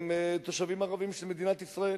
הם תושבים ערבים של מדינת ישראל,